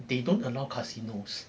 they don't allow casinos